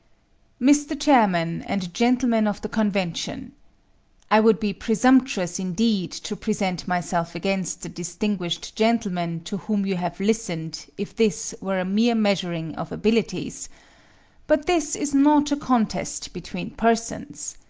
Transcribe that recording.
mr. chairman and gentlemen of the convention i would be presumptuous indeed to present myself against the distinguished gentlemen to whom you have listened if this were a mere measuring of abilities but this is not a contest between persons.